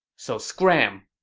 so scram!